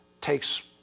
takes